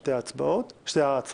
שתי ההצעות.